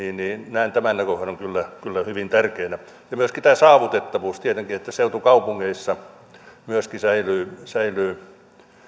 näen tämän näkökohdan kyllä kyllä hyvin tärkeänä myöskin tämä saavutettavuus että seutukaupungeissa säilyy säilyy